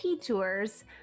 tours